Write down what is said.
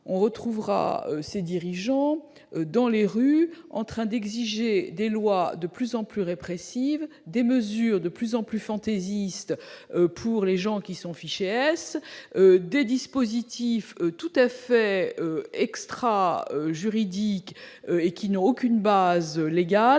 on retrouvera ses dirigeants dans la rue en train d'exiger des lois de plus en plus répressives, des mesures de plus en plus fantaisistes contre les fichés S, des dispositifs totalement extra-juridiques et sans base légale